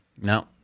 No